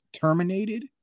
terminated